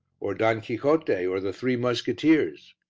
or don quixote, or the three musketeers,